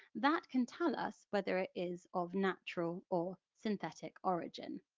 that can tell us whether it is of natural or synthetic origin.